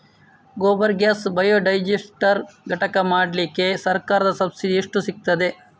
Gobar gas biodigester ಘಟಕ ಮಾಡ್ಲಿಕ್ಕೆ ಸರ್ಕಾರದ ಸಬ್ಸಿಡಿ ಎಷ್ಟು ಸಿಕ್ತಾದೆ?